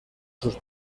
sus